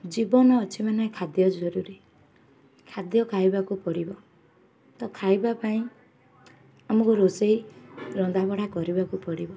ଜୀବନ ଅଛି ମାନେ ଖାଦ୍ୟ ଜରୁରୀ ଖାଦ୍ୟ ଖାଇବାକୁ ପଡ଼ିବ ତ ଖାଇବା ପାଇଁ ଆମକୁ ରୋଷେଇ ରନ୍ଧାବଢ଼ା କରିବାକୁ ପଡ଼ିବ